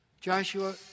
Joshua